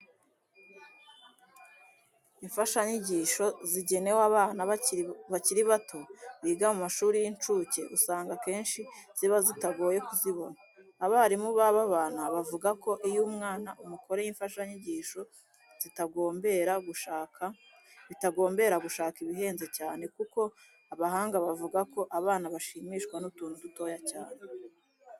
Imfashanyigisho zigenewe abana bakiri bato biga mu mashuri y'incuke, usanga akenshi ziba zitagoye kuzibona. Abarimu b'aba bana bavuga ko iyo umwana umukoreye imfashanyigisho bitagombera gushaka ibihenze cyane kuko abahanga bavuga ko abana bashimishwa n'utuntu dutoya cyane.